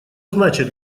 значит